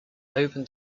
open